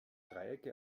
dreiecke